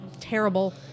terrible